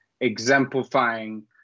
exemplifying